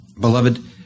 Beloved